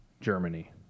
Germany